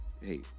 hey